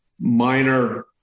minor